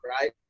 Right